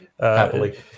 happily